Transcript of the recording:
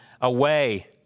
away